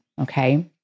okay